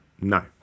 No